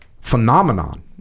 phenomenon